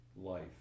life